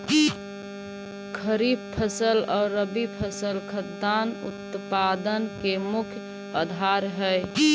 खरीफ फसल आउ रबी फसल खाद्यान्न उत्पादन के मुख्य आधार हइ